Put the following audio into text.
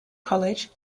college